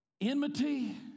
enmity